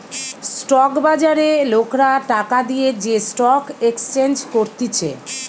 stock বাজারে লোকরা টাকা দিয়ে যে স্টক এক্সচেঞ্জ করতিছে